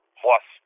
plus